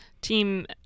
team